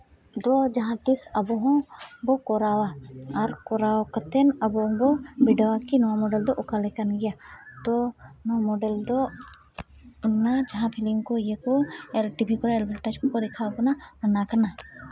ᱫᱚ ᱡᱟᱦᱟᱸ ᱛᱤᱥ ᱟᱵᱚ ᱦᱚᱸ ᱵᱚ ᱠᱚᱨᱟᱣᱟ ᱟᱨ ᱠᱚᱨᱟᱣ ᱠᱟᱛᱮᱫ ᱟᱵᱚ ᱦᱚᱸᱵᱚ ᱵᱤᱰᱟᱹᱣᱟ ᱠᱤ ᱱᱚᱣᱟ ᱢᱳᱰᱮᱞ ᱫᱚ ᱚᱠᱟ ᱞᱮᱠᱟᱱ ᱜᱮᱭᱟ ᱛᱳ ᱱᱚᱣᱟ ᱢᱳᱰᱮᱞ ᱫᱚ ᱚᱱᱟ ᱡᱟᱦᱟᱸ ᱯᱷᱤᱞᱤᱢ ᱠᱚ ᱤᱭᱟᱹ ᱠᱚ ᱟᱨ ᱴᱤᱵᱷᱤ ᱠᱚᱨᱮ ᱮᱰᱵᱷᱮᱴᱟᱡᱽ ᱠᱚᱠᱚ ᱫᱮᱠᱷᱟᱣ ᱵᱚᱱᱟ ᱚᱱᱟ ᱠᱟᱱᱟ